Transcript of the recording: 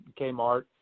Kmart